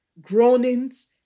groanings